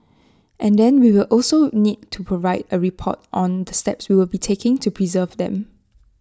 and then we will also need to provide A report on the steps we will be taking to preserve them